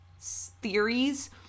theories